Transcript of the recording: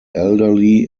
elderly